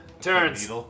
turns